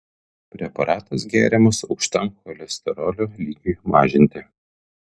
preparatas geriamas aukštam cholesterolio lygiui mažinti